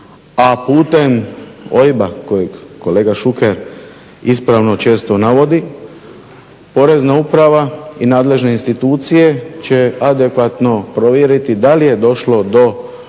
a putem OIB-a kojeg kolega Šuker ispravno često navodi, Porezna uprava i nadležne institucije će adekvatno provjeriti da li je došlo do